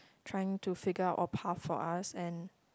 trying to figure out a path for us and